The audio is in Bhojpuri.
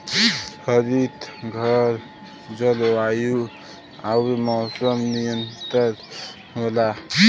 हरितघर जलवायु आउर मौसम नियंत्रित होला